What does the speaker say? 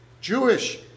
Jewish